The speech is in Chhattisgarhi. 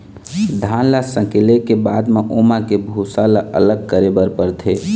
धान ल सकेले के बाद म ओमा के भूसा ल अलग करे बर परथे